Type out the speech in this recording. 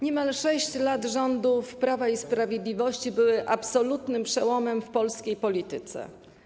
Niemal 6 lat rządów Prawa i Sprawiedliwości było absolutnym przełomem w polskiej polityce.